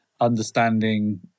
understanding